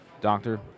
Doctor